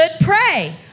pray